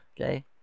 Okay